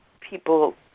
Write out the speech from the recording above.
people